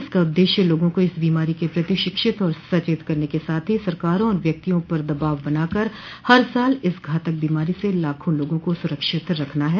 इसका उद्देश्य लोगों को इस बीमारी के प्रति शिक्षित और सचेत करने के साथ ही सरकारों और व्यक्तियों पर दबाव बनाकर हर साल इस घातक बीमारी से लाखों लोगों को सुरक्षित रखना है